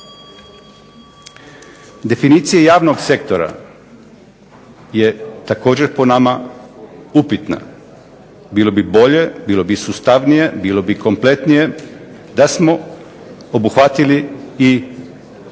Definicija javnog sektora je po nama također upitna. Bilo bi bolje, bilo bi sustavnije, bilo bi kompletnije da smo obuhvatili i one